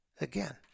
Again